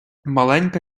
маленька